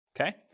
okay